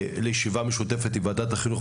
לישיבה משותפת עם ועדת החינוך,